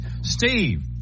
Steve